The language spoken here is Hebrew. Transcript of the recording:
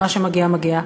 מה שמגיע מגיע,